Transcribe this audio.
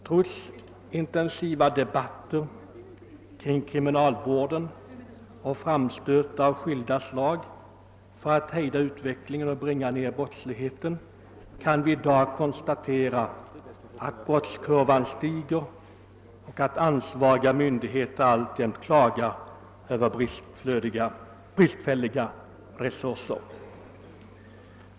Trots intensiva debatter kring kriminalvården och trots framstötar av skilda slag för att hejda brottsutvecklingen och bringa ner brottsligheten kan vi i dag konstatera att brottskurvan stiger och att ansvariga myndigheter alltjämt klagar över bristande resurser.